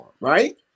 right